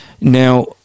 Now